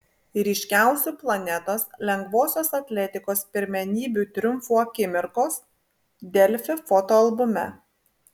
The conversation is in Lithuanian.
ryškiausių planetos lengvosios atletikos pirmenybių triumfų akimirkos delfi fotoalbume